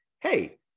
hey